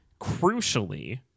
crucially